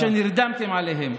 שנרדמתם עליהם?